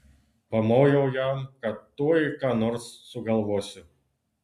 pamojau jam kad tuoj ką nors sugalvosiu